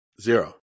zero